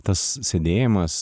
tas sėdėjimas